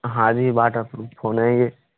हाँ जी waterproof phone है ये